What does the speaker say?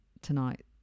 tonight